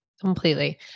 completely